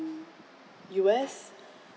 U_S